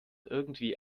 irgendwie